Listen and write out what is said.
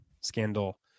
Scandal